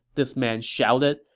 this man shouted.